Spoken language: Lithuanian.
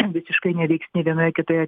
visiškai neveiksni vienoj ar kitoje